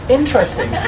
Interesting